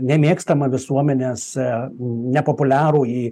nemėgstamą visuomenėse nepopuliarųjį